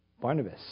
Barnabas